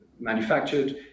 manufactured